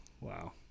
Wow